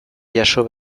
jaso